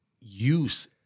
use